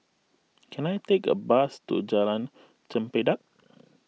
can I take a bus to Jalan Chempedak